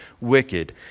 wicked